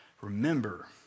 Remember